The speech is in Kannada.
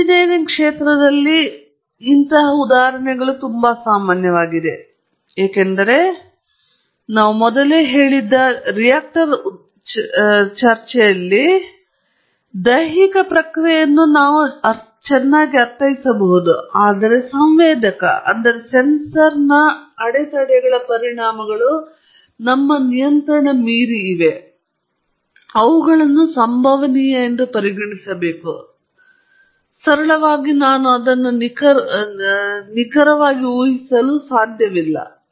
ಎಂಜಿನಿಯರಿಂಗ್ ಕಣದಲ್ಲಿ ಇದು ತುಂಬಾ ಸಾಮಾನ್ಯವಾಗಿದೆ ಏಕೆಂದರೆ ನಾವು ಮೊದಲೇ ಚರ್ಚಿಸಿದ್ದ ರಿಯಾಕ್ಟರ್ ಉದಾಹರಣೆಯಲ್ಲಿನಂತೆ ದೈಹಿಕ ಪ್ರಕ್ರಿಯೆಯನ್ನು ಚೆನ್ನಾಗಿ ಅರ್ಥೈಸಬಹುದು ಆದರೆ ಸಂವೇದಕ ಅಥವಾ ಕೆಲವು ಅಡೆತಡೆಗಳ ಪರಿಣಾಮಗಳು ನನ್ನ ನಿಯಂತ್ರಣ ಮೀರಿ ಏನಾದರೂ ಅವುಗಳನ್ನು ಸಂಭವನೀಯವಾಗಿ ಪರಿಗಣಿಸಬೇಕು ಸರಳವಾಗಿ ನಾನು ಅವರನ್ನು ನಿಖರವಾಗಿ ಊಹಿಸಲು ಸಾಧ್ಯವಿಲ್ಲ